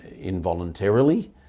involuntarily